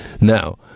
Now